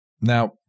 Now